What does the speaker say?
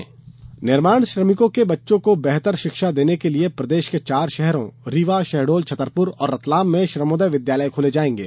श्रमोदय निर्माण श्रमिकों के बच्चों को बेहतर शिक्षा देने के लिये प्रदेश के चार शहरों रीवा शहडोल छतरपुर और रतलाम में श्रमोदय विद्यालय खोले जायेंगे